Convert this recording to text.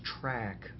track